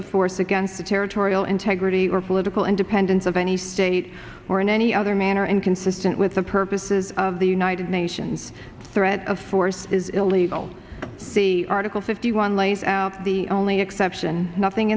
of force against the territorial integrity or political independence of any state or in any other manner inconsistent with the purposes of the united nations threat of force is illegal the article fifty one lays out the only exception nothing